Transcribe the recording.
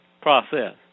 process